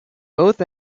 both